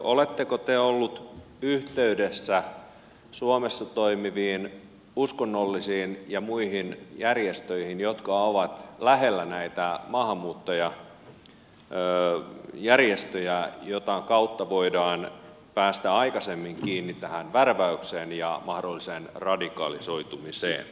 oletteko te ollut yhteydessä suomessa toimiviin uskonnollisiin ja muihin järjestöihin jotka ovat lähellä näitä maahanmuuttajajärjestöjä jota kautta voidaan päästä aikaisemmin kiinni tähän värväykseen ja mahdolliseen radikalisoitumiseen